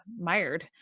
mired